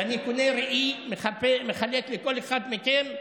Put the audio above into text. ואני קונה ראי ומחלק לכל אחד מכם.